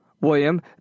William